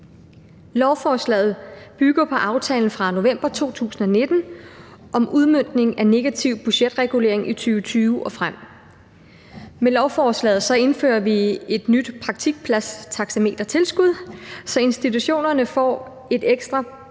Lovforslaget bygger på aftalen fra november 2019 om udmøntning af negativ budgetregulering i 2020 og frem. Med lovforslaget indfører vi et nyt praktikpladstaxametertilskud, så institutionerne får et ekstra